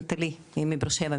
נטלי מבאר שבע,